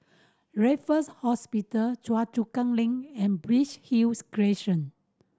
Raffles Hospital Choa Chu Kang Link and Bright Hill Crescent